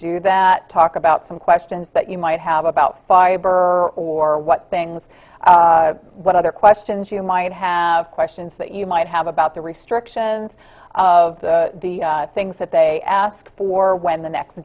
do that talk about some questions that you might have about fiber or what things what other questions you might have questions that you might have about the restrictions of the things that they ask for when the next